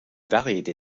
variété